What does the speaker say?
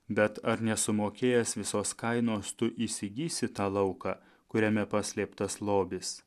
bet ar nesumokėjęs visos kainos tu įsigysi tą lauką kuriame paslėptas lobis